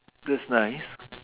that's nice